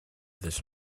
this